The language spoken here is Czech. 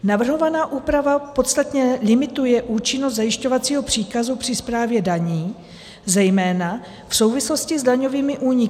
Navrhovaná úprava podstatně limituje účinnost zajišťovacího příkazu při správě daní, zejména v souvislosti s daňovými úniky.